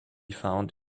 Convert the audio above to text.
found